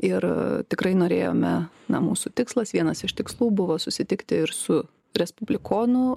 ir tikrai norėjome na mūsų tikslas vienas iš tikslų buvo susitikti ir su respublikonų